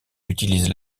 utilisent